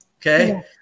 Okay